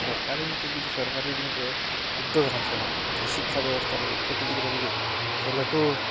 ᱥᱚᱨᱠᱟᱨᱤ ᱢᱤᱫᱴᱮᱱ ᱡᱩᱫᱤ ᱥᱚᱨᱠᱟᱨᱤ ᱡᱩᱫᱤ ᱢᱤᱫᱴᱮᱱ ᱩᱫᱽᱫᱳᱜᱽ ᱮ ᱦᱟᱛᱟᱣ ᱞᱮᱠᱷᱟᱱ ᱡᱮ ᱥᱤᱠᱠᱷᱟ ᱵᱮᱵᱚᱥᱛᱟ ᱞᱟᱹᱜᱤᱫ ᱠᱟᱹᱴᱤᱡ ᱜᱤᱫᱽᱨᱟᱹ ᱞᱟᱹᱜᱤᱫ ᱥᱮ ᱞᱟᱹᱴᱩ